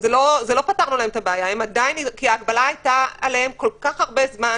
לא פתרנו להם את הבעיה כי ההגבלה הייתה עליהם כל-כך הרבה זמן,